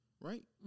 Right